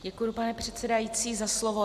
Děkuji, pane předsedající, za slovo.